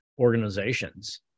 organizations